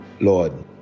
lord